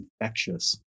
infectious